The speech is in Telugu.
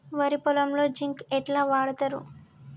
వరి పొలంలో జింక్ ఎట్లా వాడుతరు?